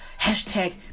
Hashtag